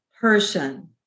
person